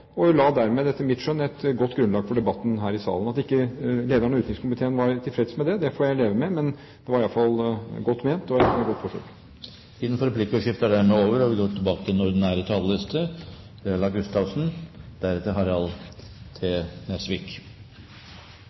la dermed, etter mitt skjønn, et godt grunnlag for debatten her i salen. At lederen av utenrikskomiteen ikke var tilfreds med det, får jeg leve med – det var iallfall godt ment og et godt forsøk. Replikkordskiftet er omme. Norge er et lite land i et sammenvevd Europa. Globaliseringen er veldig positiv for oss. Vi